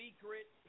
secret